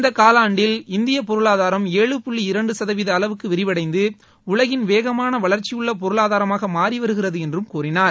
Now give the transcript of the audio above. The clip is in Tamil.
இந்த காலாண்டில் இந்திய பொருளாதாரம் ஏழு புள்ளி இரண்டு சதவீர அளவுக்கு விரிவடைந்து உலகின் வேகமான வளர்ச்சியுள்ள பொருளாதாரமாக மாறி வருகிறது என்றும் கூறினார்